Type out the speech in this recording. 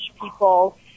people